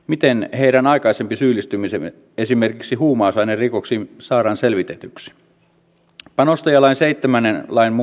miten heidän aikaisempi syyllistymisensä esimerkiksi huumausainerikoksiin saadaan selvitetyksi